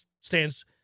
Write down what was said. stands